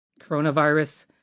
coronavirus